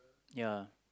ya